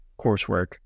coursework